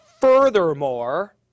Furthermore